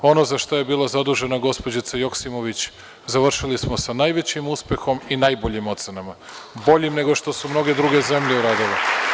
Ono za šta je bila zadužena gospođica Joksimović završili samo sa najvećim uspehom mi najboljim ocenama, boljim nego što su mnoge druge zemlje uradile.